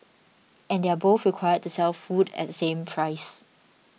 and they're both required to sell food at the same price